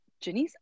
Janice